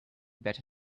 better